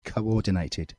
coordinated